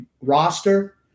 roster –